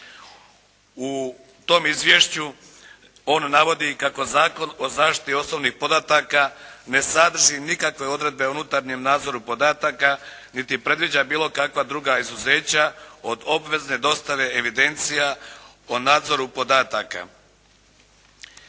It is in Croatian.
U tom Izvješću on navodi kako Zakon o zaštiti osobnih podataka ne sadrži nikakve odredbe o unutarnjem nadzoru podataka niti predviđa bilo kakva druga izuzeća od obvezne dostave evidencija o nadzoru podataka